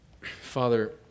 Father